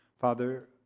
Father